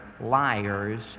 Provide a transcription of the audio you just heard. liars